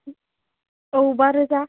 औ बा रोजा